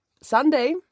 Sunday